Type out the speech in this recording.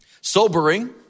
Sobering